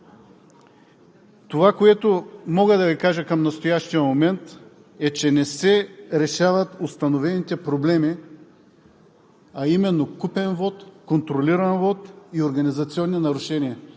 Това, което мога да Ви кажа към настоящия момент, е, че не се решават установените проблеми, а именно купен вот, контролиран вот и организационни нарушения.